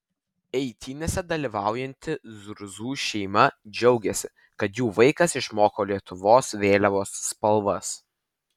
eitynėse dalyvaujanti zurzų šeima džiaugiasi kad jų vaikas išmoko lietuvos vėliavos spalvas